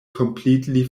completely